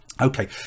Okay